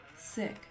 sick